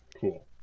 cool